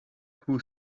who